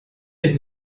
dich